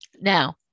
Now